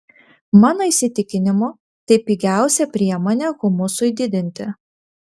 mano įsitikinimu tai pigiausia priemonė humusui didinti